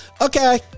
Okay